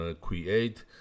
create